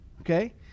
Okay